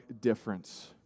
difference